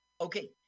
Okay